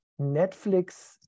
Netflix